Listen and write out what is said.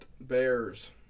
Bears